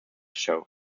show